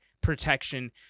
protection